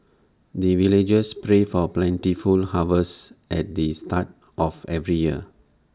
the villagers pray for plentiful harvest at the start of every year